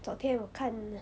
昨天我看